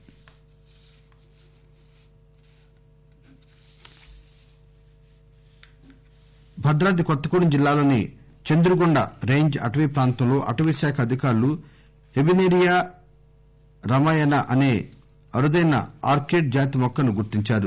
Habenaria Bhadradri Kothagudem జిల్లాలోని Chandrugonda range అటవీ ప్రాంతంలో అటవీశాఖ అధికారులు హెబినెరియా రమయన అసే అరుదైన ఆర్కిడ్ జాతిమొక్కను గుర్తించారు